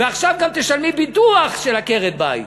ועכשיו גם תשלמי ביטוח של עקרת-בית.